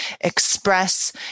express